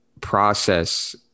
process